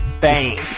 bang